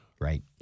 Right